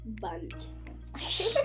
bunt